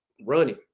running